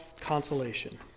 consolation